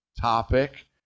topic